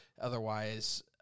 otherwise